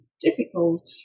difficult